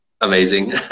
amazing